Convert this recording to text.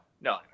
no